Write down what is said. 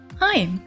Hi